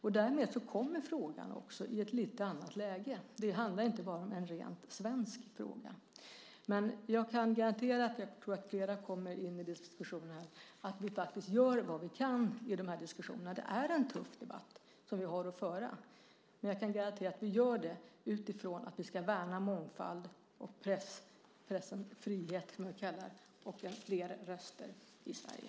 Därmed kommer frågan i ett lite annat läge. Det handlar inte bara om en rent svensk fråga. Jag tror att flera kommer att komma in i diskussionen, man jag kan garantera att vi faktiskt gör vad vi kan i diskussionerna. Det är en tuff debatt vi har att föra. Men vi för debatten utifrån att vi ska värna mångfald, pressens frihet och flera röster i Sverige.